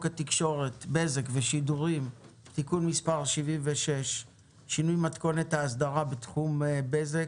התקשורת (בזק ושידורים) (תיקון מס' 76) (שינוי מתכונת האסדרה בתחום בזק).